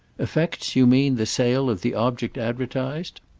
affects, you mean, the sale of the object advertised?